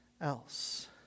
else